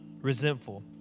resentful